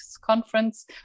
Conference